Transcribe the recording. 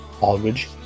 Aldridge